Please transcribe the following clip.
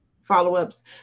follow-ups